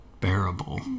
bearable